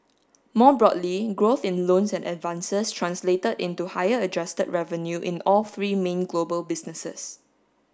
more broadly growth in loans and advances translated into higher adjusted revenue in all three main global businesses